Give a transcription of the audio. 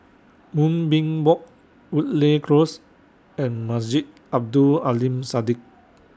Moonbeam Walk Woodleigh Close and Masjid Abdul Aleem Siddique